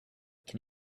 can